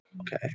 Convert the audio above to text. Okay